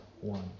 one